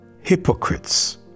Hypocrites